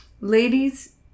ladies